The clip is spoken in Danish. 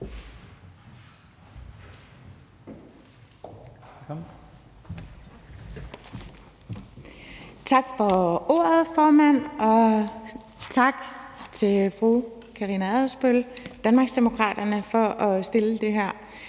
Tak for ordet, formand, og tak til fru Karina Adsbøl, Danmarksdemokraterne for at fremsætte det her